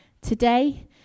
Today